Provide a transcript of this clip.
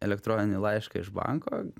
elektroninį laišką iš banko